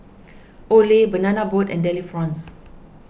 Olay Banana Boat and Delifrance